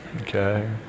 Okay